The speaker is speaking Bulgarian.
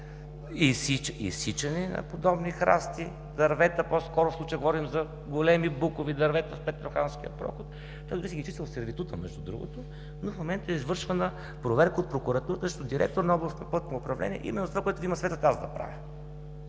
изсичане на подобни храсти, по-скоро дървета, в случая говорим за големи букови дървета в Петроханския проход. Той твърди, че ги е чистил в сервитута, между другото, но в момента е извършвана проверка от прокуратурата срещу директор на Областно пътно управление именно за това, което Вие ме съветвате аз да правя.